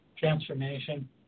transformation